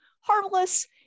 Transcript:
harmless